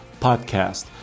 podcast